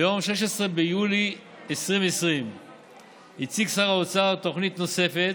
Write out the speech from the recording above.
ביום 16 ביולי 2020 הציג שר האוצר תוכנית נוספת,